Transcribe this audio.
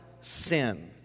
sin